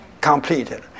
completed